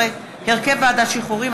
17) (הרכב ועדת שחרורים),